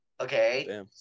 Okay